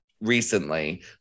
recently